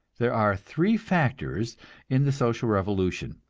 there are three factors in the social revolution,